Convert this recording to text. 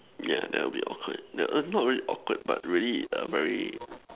yeah that will be awkward the err not really awkward but really err very